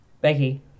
Becky